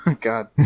god